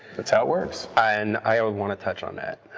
that's how it works. and i would want to touch on that.